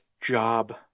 job